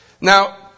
Now